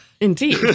Indeed